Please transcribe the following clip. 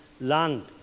land